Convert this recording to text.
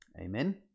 Amen